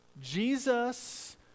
Jesus